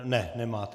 Ne, nemáte.